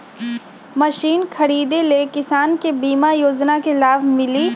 Machine खरीदे ले किसान के बीमा योजना के लाभ मिली?